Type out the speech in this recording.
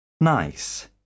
Nice